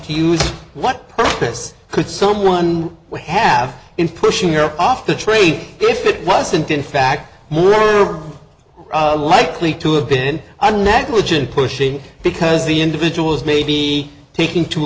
is what purpose could someone have in pushing her off the train if it wasn't in fact more likely to have been a negligent pushing because the individuals may be taking too